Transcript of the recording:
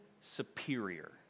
superior